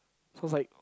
sounds like